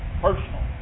personal